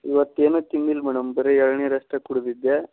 ಇವತ್ತು ಏನೂ ತಿಂದಿಲ್ಲ ಮೇಡಮ್ ಬರೇ ಎಳ್ನೀರು ಅಷ್ಟೇ ಕುಡಿದಿದ್ದೆ